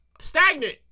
stagnant